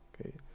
okay